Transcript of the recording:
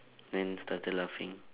then started laughing